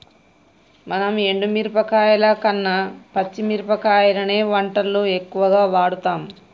మనం ఎండు మిరపకాయల కన్న పచ్చి మిరపకాయలనే వంటల్లో ఎక్కువుగా వాడుతాం